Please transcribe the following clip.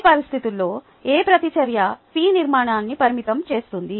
ఈ పరిస్థితులలో ఏ ప్రతిచర్య P నిర్మాణాన్ని పరిమితం చేస్తుంది